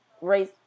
race